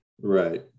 right